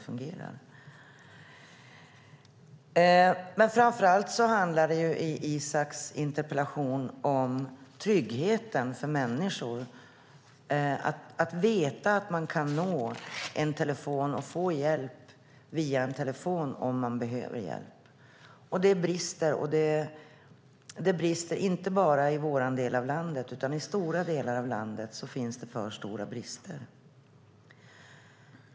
Framför allt handlar Isak Froms interpellation om tryggheten för människor - att man vet att man via en telefon kan få hjälp om man behöver det. Här finns det för stora brister, inte bara i vår del av landet utan i stora delar av landet.